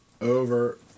over